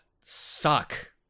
suck